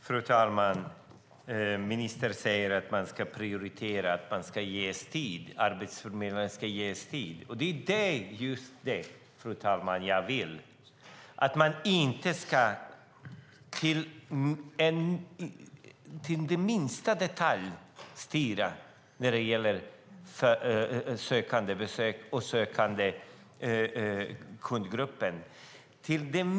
Fru talman! Ministern säger att man ska prioritera och Arbetsförmedlingen ska ges tid. Det är just det jag vill, fru talman. Man ska inte styra i minsta detalj sökandes besök och den sökande kundgruppen.